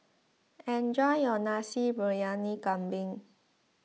enjoy your Nasi Briyani Kambing